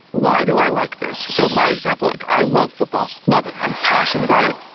why do i like this? so my example, like i love football. love it. i'm passionate about it.